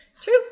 true